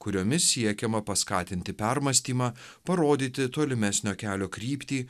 kuriomis siekiama paskatinti permąstymą parodyti tolimesnio kelio kryptį